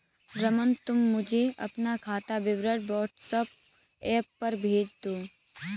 रमन, तुम मुझे अपना खाता विवरण व्हाट्सएप पर भेज दो